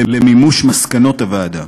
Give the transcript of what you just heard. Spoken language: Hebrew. למימוש מסקנות הוועדה.